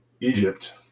Egypt